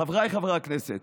חבריי חברי הכנסת,